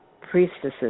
priestesses